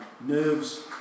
Nerves